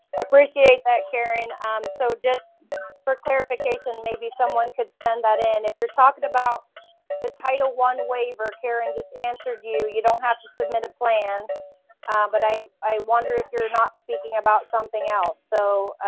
appreciate that karen. umm so just for clarification, maybe someone could send that in? if you're talking about the title one waiver, karen just answered you. you don't have to submit a plan, uhh but i. i wonder if you're not speaking about something else. so